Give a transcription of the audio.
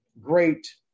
great